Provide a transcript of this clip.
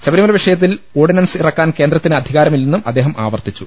ശബരിമല വിഷയ ത്തിൽ ഓർഡിനൻസ് ഇറക്കാൻ കേന്ദ്രത്തിന് അധികാരമി ല്ലെന്നും അദ്ദേഹം ആവർത്തിച്ചു